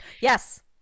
Yes